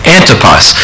Antipas